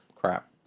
Crap